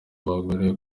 abagore